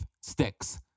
Sticks